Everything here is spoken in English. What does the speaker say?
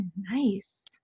Nice